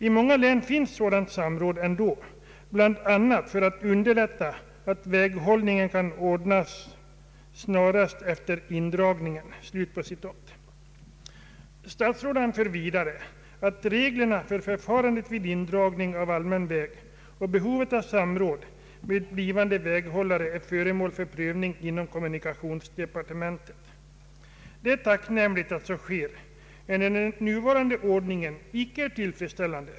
I många län förekommer sådant samråd ändå, bl.a. för att underlätta att väghållningen kan ordnas snarast efter indragningen.” Statsrådet anför vidare att reglerna om förfarandet vid indragning av allmän väg och behovet av samråd med blivande väghållare är föremål för prövning inom kommunikationsdepartementet. Det är tacknämligt att så sker, enär den nuvarande ordningen icke är tillfredsställande.